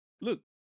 Look